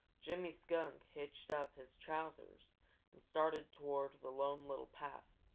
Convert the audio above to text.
jimmy skunk hitched up his trousers and started toward the lone little path.